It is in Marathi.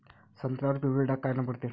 संत्र्यावर पिवळे डाग कायनं पडते?